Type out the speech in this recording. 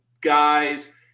guys